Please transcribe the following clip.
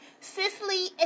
Cicely